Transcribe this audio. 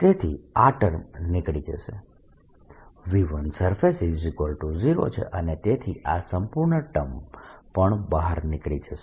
તેથી આ ટર્મ નીકળી જશે V1surface0 છે અને તેથી આ સંપૂર્ણ ટર્મ પણ બહાર નીકળી જશે